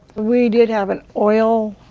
we did have an oil